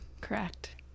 correct